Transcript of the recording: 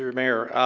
yeah mayor,